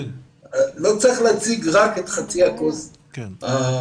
לא צריך להציג רק את חצי הכוס הריקה.